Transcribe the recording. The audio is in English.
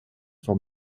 for